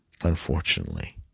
unfortunately